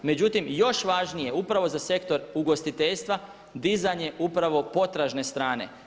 Međutim, još važnije upravo za sektor ugostiteljstva dizanje upravo potražne strane.